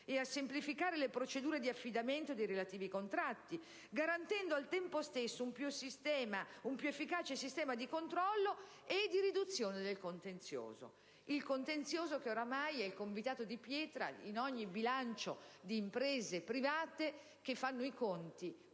e a semplificare le procedure di affidamento dei relativi contratti, garantendo al tempo stesso un più efficace sistema di controllo e di riduzione del contenzioso? Contenzioso che oramai è il convitato di pietra in ogni bilancio di imprese private che fanno i conti